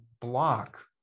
block